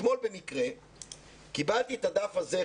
אתמול במקרה קיבלתי את הדף הזה.